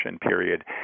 period